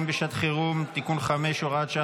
בשעת חירום (תיקון מס' 5 והוראת שעה,